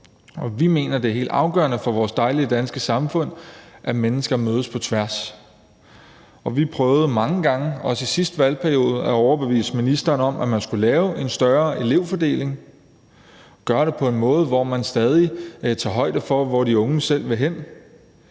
og vi mener, det er helt afgørende for vores dejlige danske samfund, at mennesker mødes på tværs. Vi prøvede mange gange også i sidste valgperiode at overbevise ministeren om, at man skulle lave en større elevfordeling og gøre det på en måde, hvor man stadig tager højde for, hvor de unge selv vil hen,